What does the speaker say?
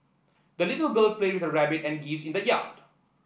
the little girl played with her rabbit and geese in the yard